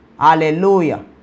Hallelujah